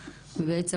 בעצם,